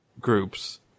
groups